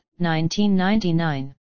1999